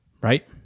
right